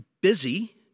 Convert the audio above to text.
busy